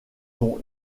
dont